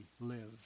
live